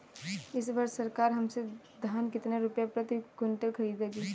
इस वर्ष सरकार हमसे धान कितने रुपए प्रति क्विंटल खरीदेगी?